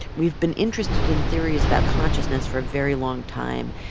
we've been interested in theories about consciousness for a very long time.